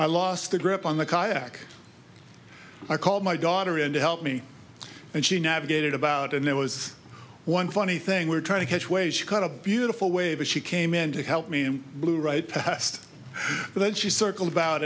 i lost the grip on the kayak i called my daughter in to help me and she navigated about and there was one funny thing we're trying to hitch ways she cut a beautiful way but she came in to help me and blew right past then she circle about